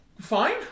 Fine